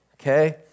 okay